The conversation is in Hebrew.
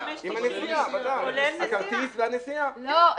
הוא עולה 11 שקלים, עם הנסיעה, ודאי.